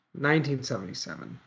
1977